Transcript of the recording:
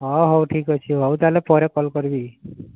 ହଁ ହେଉ ଠିକ୍ ଅଛି ହେଉ ତାହେଲେ ପରେ କଲ୍ କରିବି